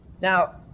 Now